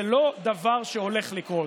זה לא דבר שהולך לקרות".